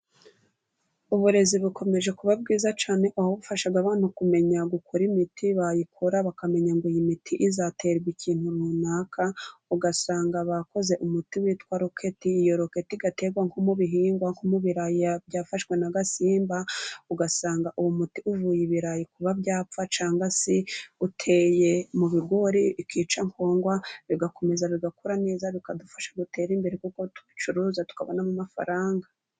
Uburezi bukomeje kuba bwiza cyane, bufasha abantu kumenya gukora imiti, bayikora bakamenya iyi imiti izaterwa ikintu runaka, ugasanga bakoze umuti witwa roketi. Roketi igategwa nko mu bihingwa by'ibirayi byafashwe na gasimba ugasanga uwo muti uvuye ibirayi kuba byapfa cyangwa se uteye mu bigori ukica nkongwa bigakomeza bigakura neza bikadufasha gutera imbere kuko tubicuruza tukabonamo amafaranga.